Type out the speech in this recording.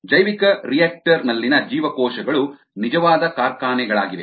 ಜೈವಿಕರಿಯಾಕ್ಟರ್ ನಲ್ಲಿನ ಜೀವಕೋಶಗಳು ನಿಜವಾದ ಕಾರ್ಖಾನೆಗಳಾಗಿವೆ